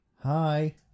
Hi